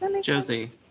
Josie